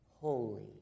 holy